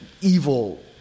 evil